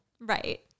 Right